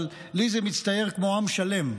אבל לי זה מצטייר כמו "עם שלם"